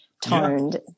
toned